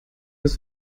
ist